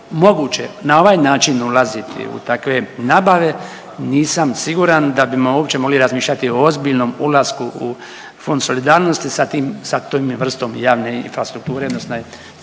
moguće na ovaj način ulaziti u takve nabave nisam siguran da bimo uopće mogli razmišljati o ozbiljnom ulasku u Fond solidarnosti sa tom vrstom javne infrastrukture odnosno cesta